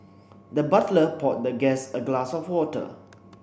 the butler poured the guest a glass of water